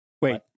Wait